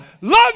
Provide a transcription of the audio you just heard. love